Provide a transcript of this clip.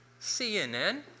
CNN